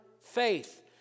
faith